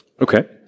Okay